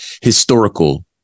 historical